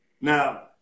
Now